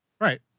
Right